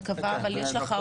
אני מקווה שיש לך אותו.